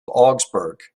augsburg